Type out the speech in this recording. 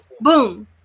boom